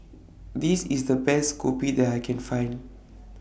This IS The Best Kopi that I Can Find